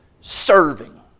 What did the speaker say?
serving